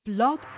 Blog